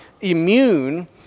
immune